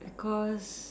because